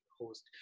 host